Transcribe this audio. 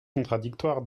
contradictoires